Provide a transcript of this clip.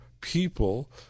people